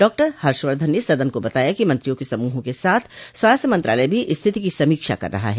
डॉ हर्षवर्धन ने सदन को बताया कि मंत्रियों के समूहों के साथ स्वास्थ्य मंत्रालय भी स्थिति की समीक्षा कर रहा है